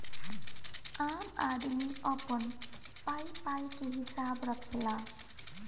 आम आदमी अपन पाई पाई के हिसाब रखेला